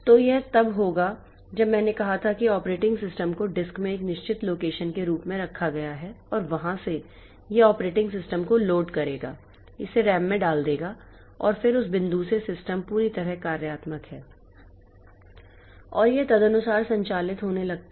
तो यह तब होगा जब मैंने कहा था कि ऑपरेटिंग सिस्टम को डिस्क में एक निश्चित लोकेशन के रूप में रखा गया है और वहां से यह ऑपरेटिंग सिस्टम को लोड करेगा इसे रैम में डाल देगा और फिर उस बिंदु से सिस्टम पूरी तरह कार्यात्मक है और यह तदनुसार संचालित होने लगता है